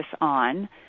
on